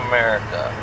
America